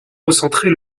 recentrer